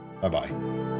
Bye-bye